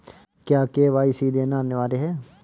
क्या के.वाई.सी देना अनिवार्य है?